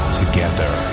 together